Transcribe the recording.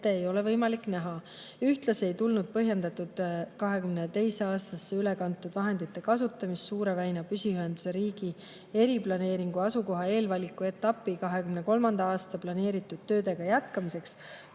ei ole võimalik ette näha. Ühtlasi ei olnud põhjendatud 2022. aastasse üle kantud vahendite kasutamine Suure väina püsiühenduse riigi eriplaneeringu asukoha eelvaliku etapi 2023. aastaks planeeritud tööde jätkamiseks,